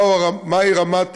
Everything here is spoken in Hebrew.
מהי רמת